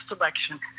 election